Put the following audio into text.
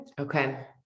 okay